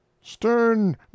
stern